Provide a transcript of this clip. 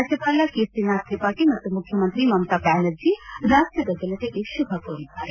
ರಾಜ್ಯಪಾಲ ಕೇಸರಿ ನಾಥ ತ್ರಿಪಾರಿ ಮತ್ತು ಮುಖ್ಯಮಂತ್ರಿ ಮಮತಾ ಬ್ಯಾನರ್ಜಿ ರಾಜ್ಯದ ಜನತೆಗೆ ಶುಭ ಕೋರಿದ್ದಾರೆ